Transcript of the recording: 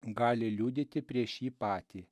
gali liudyti prieš jį patį